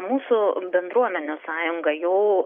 mūsų bendruomenės sąjunga jau